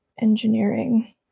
engineering